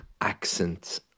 accent